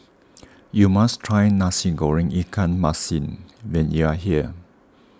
you must try Nasi Goreng Ikan Masin when you are here